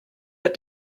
but